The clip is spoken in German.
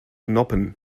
noppen